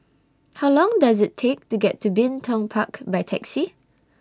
How Long Does IT Take to get to Bin Tong Park By Taxi